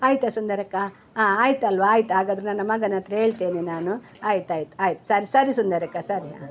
ಆಯ್ತಾ ಸುಂದರಕ್ಕ ಹಾಂ ಆಯಿತಲ್ವ ಆಯ್ತು ಹಾಗಾದ್ರೆ ನನ್ನ ಮಗನ ಹತ್ತಿರ ಹೇಳ್ತೇನೆ ನಾನು ಆಯ್ತು ಆಯ್ತು ಆಯ್ತು ಸರಿ ಸರಿ ಸುಂದರಕ್ಕ ಸರಿ ಹಾಂ